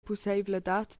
pusseivladad